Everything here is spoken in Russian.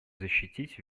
защитить